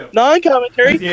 Non-commentary